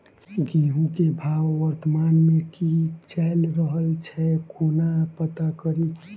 गेंहूँ केँ भाव वर्तमान मे की चैल रहल छै कोना पत्ता कड़ी?